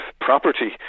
property